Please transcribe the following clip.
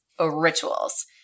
rituals